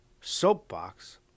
soapbox